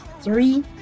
three